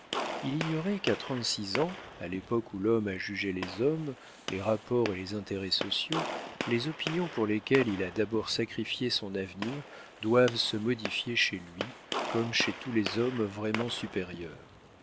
il ignorait qu'à trente-six ans à l'époque où l'homme a jugé les hommes les rapports et les intérêts sociaux les opinions pour lesquels il a d'abord sacrifié son avenir doivent se modifier chez lui comme chez tous les hommes vraiment supérieurs